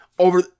Over